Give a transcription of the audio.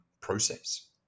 process